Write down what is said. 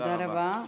תודה רבה.